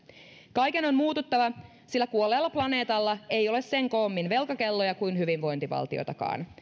kaiken on muututtava sillä kuolleella planeetalla ei ole sen koommin velkakelloja kuin hyvinvointivaltioitakaan